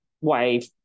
wife